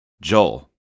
Joel